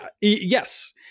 yes